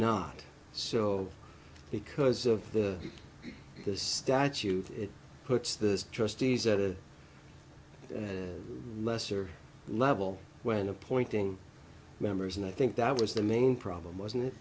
not so because of the statute it puts the trustees at a lesser level when appointing members and i think that was the main problem wasn't it